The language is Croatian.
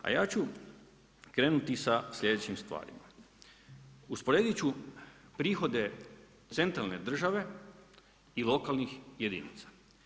A ja ću krenuti sa sljedećim stvarima, usporedit ću prihode centralne države i lokalnih jedinica.